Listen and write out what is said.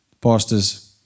Pastors